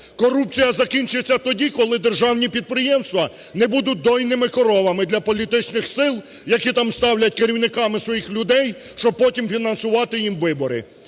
Корупція закінчиться тоді, коли державні підприємства не будуть "дійними коровами" для політичних сил, які там ставлять керівниками своїх людей, щоб потім фінансувати їм вибори.